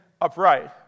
upright